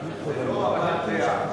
זו לא הבעת דעה.